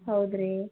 ಹೌದು ರೀ